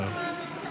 בבקשה.